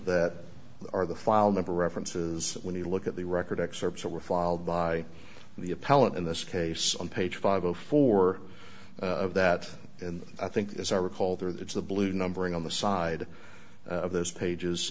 that are the file number references when you look at the record excerpts that were filed by the appellant in this case on page five before that and i think there's a recall there that's the blue numbering on the side of those pages